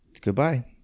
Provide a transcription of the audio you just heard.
Goodbye